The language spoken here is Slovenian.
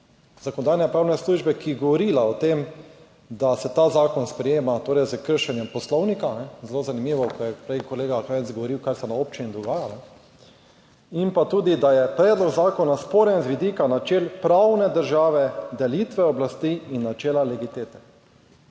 Zakonodajno-pravne službe, ki je govorila o tem, da se ta zakon sprejema, torej s kršenjem Poslovnika, zelo zanimivo, ko je prej kolega Krajnc govoril kaj se na občini dogaja. In pa tudi, da je predlog zakona sporen z vidika načel pravne države, delitve oblasti in načela legitete.